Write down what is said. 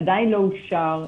עדיין לא אושר,